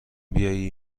بیایی